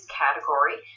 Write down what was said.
category